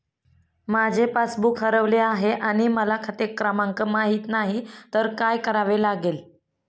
माझे पासबूक हरवले आहे आणि मला खाते क्रमांक माहित नाही तर काय करावे लागेल?